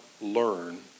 learn